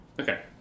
Okay